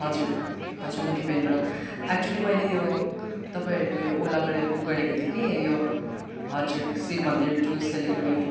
हजुर हजुर म दिपेन्द्र एक्च्युली मैले यो तपाईँहरूको यो ओलाबाट बुक गरेको थिएँ कि यो हजुर शिवमन्दिर टु सिलगढी